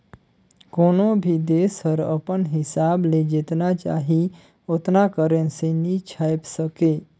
कोनो भी देस हर अपन हिसाब ले जेतना चाही ओतना करेंसी नी छाएप सके